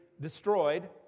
destroyed